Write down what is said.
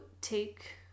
take